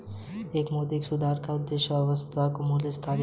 क्या मौद्रिक सुधार का उद्देश्य अर्थव्यवस्था में मूल्य स्थिरता बनाए रखना है?